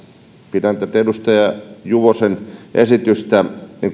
pidän tätä edustaja juvosen esitystä